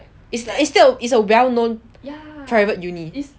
it's a well known private uni